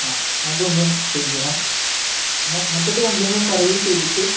ആ അതൊന്ന് ചെയ്ഞ്ച് ചെയ്യണം മൊത്തത്തിൽ വണ്ടിയൊന്ന് സെർവ്വീസ് ചെയ്തിട്ട്